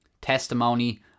testimony